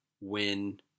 win